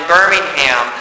Birmingham